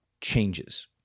changes